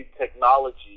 technology